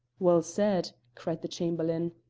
well said! cried the chamberlain.